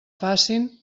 facin